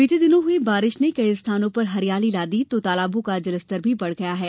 बीते दिनों हई बारिश ने कई स्थानों पर हरियाली ला दी है तो तालाबों का जलस्तर भी बढ़ गया है